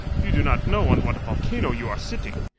you do not know on what a volcano you are sitting.